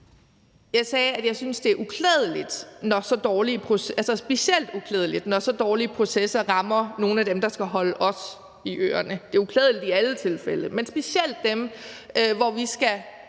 Jeg sagde, at jeg synes, det er uklædeligt, altså specielt uklædeligt, når så dårlige processer rammer nogle af dem, der skal holde os i ørerne. Det er uklædeligt i alle tilfælde, men specielt i forhold